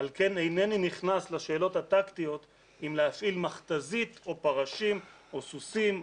על כן אינני נכנס לשאלות הטקטיות אם להפעיל מכת"זית או פרשים או סוסים,